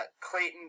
Clayton